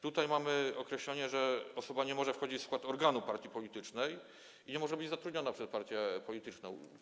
Tutaj mamy określenie, że osoba nie może wchodzić w skład organu partii politycznej i nie może być zatrudniona przez partię polityczną.